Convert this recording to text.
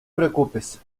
preocupes